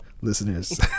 listeners